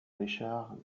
richard